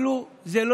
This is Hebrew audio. אני חייב לומר את זה.